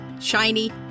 shiny